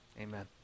Amen